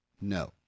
No